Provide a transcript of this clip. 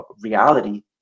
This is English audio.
reality